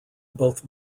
both